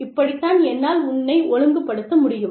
இப்படித்தான் என்னால் உன்னை ஒழுங்குபடுத்த முடியும்